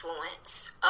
influence